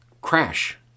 crash